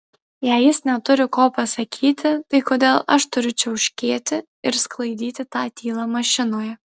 jei jis neturi ko pasakyti tai kodėl aš turiu čiauškėti ir sklaidyti tą tylą mašinoje